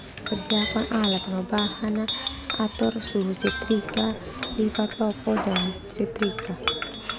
Persiapkan alat ah no bahan ah, ator suhu setrika, lipat lopo dan setrika.